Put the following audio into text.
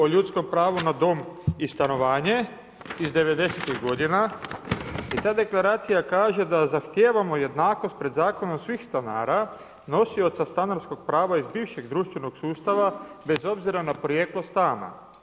o ljudskom pravu na dom i stanovanje iz devedesetih godina i ta deklaracija kaže da zahtijevamo jednakost pred zakonom svih stanara nosioca stanarskog prava iz bivšeg društvenog sustava bez obzira na porijeklo stana.